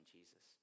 Jesus